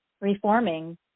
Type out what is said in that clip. reforming